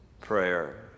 Prayer